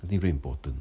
I think very important